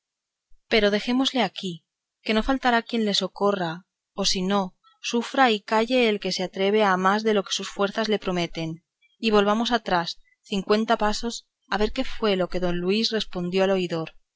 pero dejémosle aquí que no faltará quien le socorra o si no sufra y calle el que se atreve a más de a lo que sus fuerzas le prometen y volvámonos atrás cincuenta pasos a ver qué fue lo que don luis respondió al oidor